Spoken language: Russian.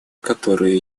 которые